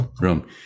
room